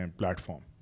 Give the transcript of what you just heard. platform